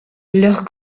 leurs